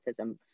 autism